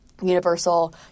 universal